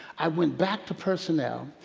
i went back to personnel,